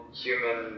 human